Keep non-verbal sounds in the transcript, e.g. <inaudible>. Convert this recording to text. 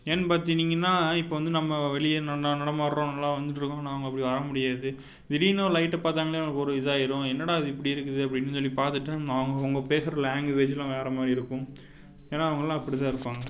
ஏன்னு பார்த்துனிங்கன்னா இப்போ வந்து நம்ம வெளியே <unintelligible> நடமாடுறோம் நல்லா வந்துட்டிருக்கோம் ஆனால் அவங்க அப்படி வர முடியாது திடீர்னு ஒரு லைட்டு பார்த்தாங்களே அவங்களுக்கு ஒரு இதாக ஆயிடும் என்னடா இது இப்படி இருக்குது அப்படின்னு சொல்லி பார்த்துட்டு அவங்க உங்கள் பேசுகிற லேங்குவேஜ்லாம் வேறே மாதிரி இருக்கும் ஏன்னா அவங்களா அப்படிதான் இருப்பாங்க